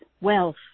wealth